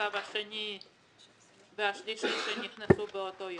הצו השני והשלישי שנכנסו באותו יום.